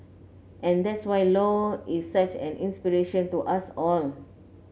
and that's why Low is such an inspiration to us all